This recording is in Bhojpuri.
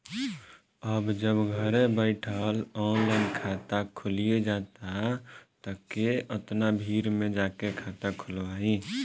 अब जब घरे बइठल ऑनलाइन खाता खुलिये जाता त के ओतना भीड़ में जाके खाता खोलवाइ